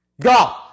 Go